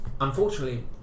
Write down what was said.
Unfortunately